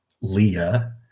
Leah